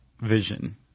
vision